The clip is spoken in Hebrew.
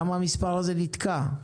למה המספר הזה נתקע?